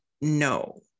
No